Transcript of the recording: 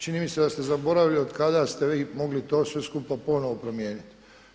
Čini mi se da ste zaboravili od kada ste vi mogli to sve skupa ponovno promijeniti.